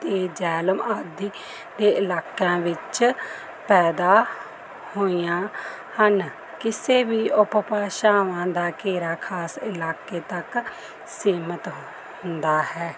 ਅਤੇ ਜੇਹਲਮ ਆਦਿ ਦੇ ਇਲਾਕਿਆਂ ਵਿੱਚ ਪੈਦਾ ਹੋਈਆਂ ਹਨ ਕਿਸੇ ਵੀ ਉਪਭਾਸ਼ਾਵਾਂ ਦਾ ਘੇਰਾ ਖ਼ਾਸ ਇਲਾਕੇ ਤੱਕ ਸੀਮਤ ਹੁੰਦਾ ਹੈ